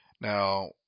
now